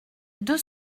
deux